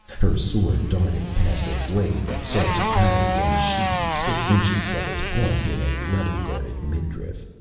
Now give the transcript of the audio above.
her sword darted past a blade that sought to parry, and sheathed six inches of its point in a leather-guarded midriff.